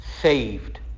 saved